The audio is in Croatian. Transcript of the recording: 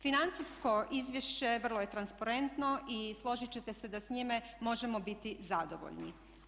Financijsko izvješće vrlo je transparentno i složit ćete se da s njime možemo biti zadovoljni.